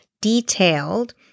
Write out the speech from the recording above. detailed